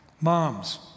Moms